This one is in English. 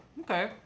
Okay